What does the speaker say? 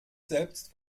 selbst